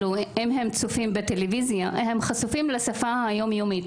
הם חשופים לשפה היום-יומית,